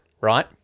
right